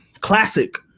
Classic